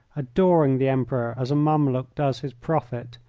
adoring the emperor as a mameluke does his prophet,